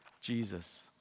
Jesus